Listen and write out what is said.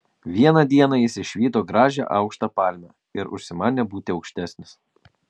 vieną dieną jis išvydo gražią aukštą palmę ir užsimanė būti aukštesnis